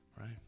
right